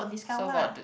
so got